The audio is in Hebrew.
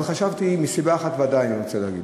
אבל חשבתי, מסיבה אחת ודאי אני רוצה לדבר.